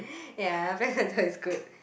ya Black-Panther is good